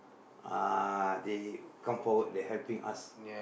uh they come forward they helping us